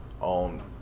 on